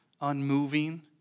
unmoving